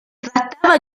trattava